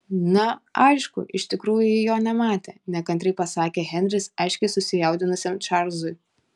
na aišku iš tikrųjų ji jo nematė nekantriai pasakė henris aiškiai susijaudinusiam čarlzui